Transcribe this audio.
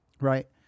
Right